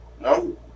no